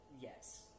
Yes